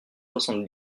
soixante